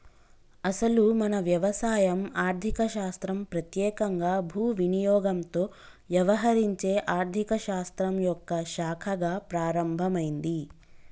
అసలు మన వ్యవసాయం ఆర్థిక శాస్త్రం పెత్యేకంగా భూ వినియోగంతో యవహరించే ఆర్థిక శాస్త్రం యొక్క శాఖగా ప్రారంభమైంది